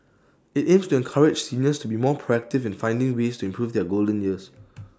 IT aims to encourage seniors to be more proactive in finding ways to improve their golden years